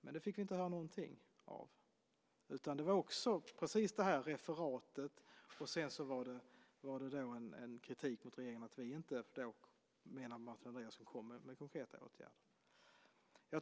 Men det fick vi inte höra någonting om. Det var precis det här referatet, och sedan var det en kritik mot regeringen för att vi, som Martin Andreasson menar, inte kommer med konkreta åtgärder.